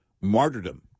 martyrdom